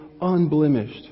unblemished